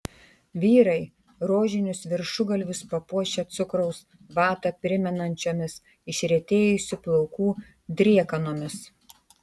vyrai rožinius viršugalvius papuošę cukraus vatą primenančiomis išretėjusių plaukų driekanomis